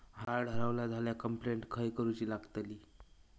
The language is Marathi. कार्ड हरवला झाल्या कंप्लेंट खय करूची लागतली?